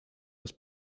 los